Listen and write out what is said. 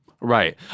right